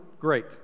great